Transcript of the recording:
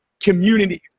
communities